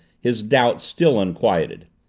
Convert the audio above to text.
his doubts still unquieted.